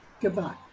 Goodbye